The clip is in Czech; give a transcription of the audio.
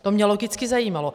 To mě logicky zajímalo.